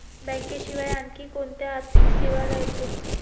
बँकेशिवाय आनखी कोंत्या आर्थिक सेवा रायते?